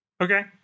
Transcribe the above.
Okay